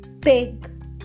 pig